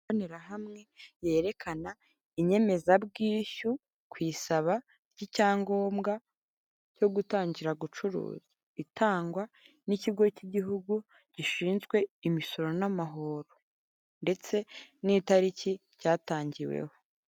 Imbonerahamwe yerekana inyemezabwishyu kwisaba ryicyangombwa cyo gutangira gucuruza itangwa nikigo kigihugu gishinzwe imisoro namahoro ndetse nitaliki cyatangiweho.